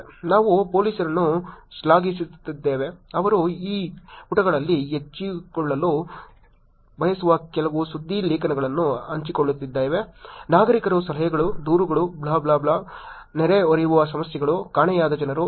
ನಾವು ಪೊಲೀಸರನ್ನು ಶ್ಲಾಘಿಸುತ್ತಿದ್ದೇವೆ ಅವರು ಈ ಪುಟಗಳಲ್ಲಿ ಹಂಚಿಕೊಳ್ಳಲು ಬಯಸುವ ಕೆಲವು ಸುದ್ದಿ ಲೇಖನಗಳನ್ನು ಹಂಚಿಕೊಳ್ಳುತ್ತಿದ್ದೇವೆ ನಾಗರಿಕರ ಸಲಹೆಗಳು ದೂರುಗಳು ಬ್ಲಾ ಬ್ಲಾ ಬ್ಲಾಹ್ ನೆರೆಹೊರೆಯ ಸಮಸ್ಯೆಗಳು ಕಾಣೆಯಾದ ಜನರು